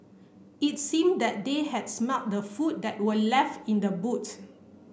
it seemed that they had smelt the food that were left in the boots